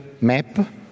map